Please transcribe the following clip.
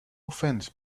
offense